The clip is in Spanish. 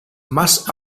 más